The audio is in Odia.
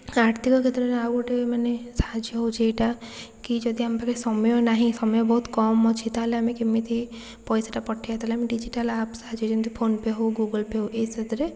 ଆର୍ଥିକ କ୍ଷେତ୍ରରେ ଆଉ ଗୋଟେ ମାନେ ସାହାଯ୍ୟ ହେଉଛି ଏଇଟା କି ଯଦି ଆମ ପାଖରେ ସମୟ ନାହିଁ ସମୟ ବହୁତ କମ୍ ଅଛି ତା'ହେଲେ ଆମେ କେମିତି ପାଇସା ପଠେଇଦେଲେ ଆମେ ଡିଜିଟାଲ ଆପ୍ ସାହାଯ୍ୟରେ ଯେମିତି ଫୋନ୍ ପେ' ହଉ ଗୁଗଲ୍ ପେ' ହଉ ଏଇ ସାହାଯ୍ୟରେ